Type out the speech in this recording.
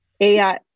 AI